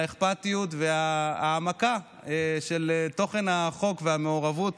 על האכפתיות וההעמקה בתוכן החוק והמעורבות.